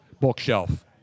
bookshelf